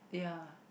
ya